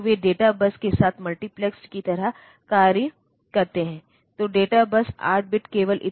जब यह रेखा 0 है इसका मतलब है 8085 रीसेट किया जाएगा और परिणामस्वरूप प्रोसेसर शुरू से ही संचालन शुरू कर देगा